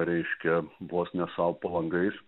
reiškia vos ne sau po langais